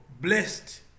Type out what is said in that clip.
blessed